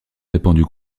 répandue